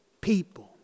People